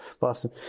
Boston